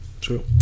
true